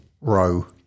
Row